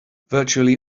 virtually